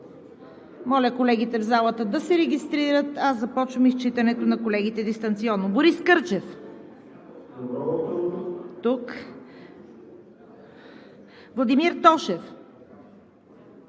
Моля колегите в залата да се регистрират. Аз започвам изчитането на колегите дистанционно. Борис Кърчев? БОРИС КЪРЧЕВ